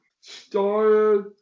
started